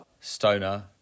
Stoner